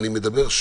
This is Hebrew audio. אני מדבר,